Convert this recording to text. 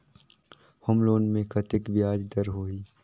Home loan मे कतेक ब्याज दर होही?